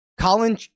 Colin